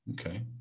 Okay